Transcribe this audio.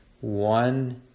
One